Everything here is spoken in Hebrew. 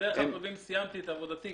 בדרך כלל כותבים: סיימתי את עבודתי.